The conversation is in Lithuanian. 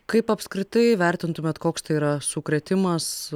kaip apskritai vertintumėt koks tai yra sukrėtimas